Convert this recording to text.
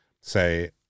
say